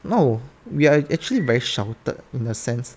no we are actually very sheltered in a sense